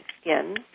skin